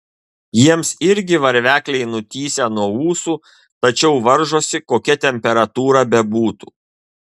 jiems irgi varvekliai nutįsę nuo ūsų tačiau varžosi kokia temperatūra bebūtų